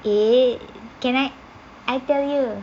eh can I I tell you